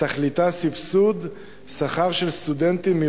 ותכליתה סבסוד שכר של סטודנטים בני